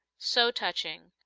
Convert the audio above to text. so touching,